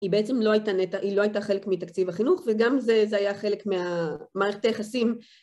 היא בעצם לא הייתה חלק מתקציב החינוך וגם זה, זה היה חלק מהמערכת יחסים